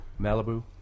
Malibu